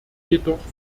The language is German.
jedoch